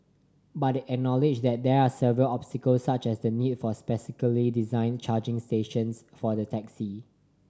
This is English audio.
but they acknowledged that there are several obstacles such as the need for specially designed charging stations for the taxi